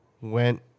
went